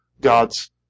God's